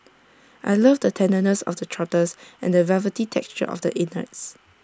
I love the tenderness of the trotters and the velvety texture of the innards